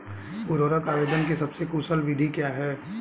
उर्वरक आवेदन की सबसे कुशल विधि क्या है?